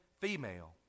female